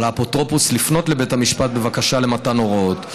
על האפוטרופוס לפנות לבית המשפט בבקשה למתן הוראות,